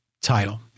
title